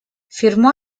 firmó